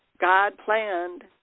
God-planned